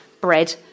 bread